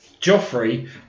Joffrey